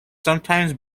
sometimes